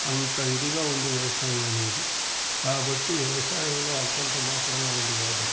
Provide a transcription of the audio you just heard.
అంత ఇదిగా ఉంది వ్యవసాయం అనేది కాబట్టి వ్యవసాయంలో అంతంత మాత్రంగా ఉంది కాబట్టి